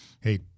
hey